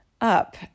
up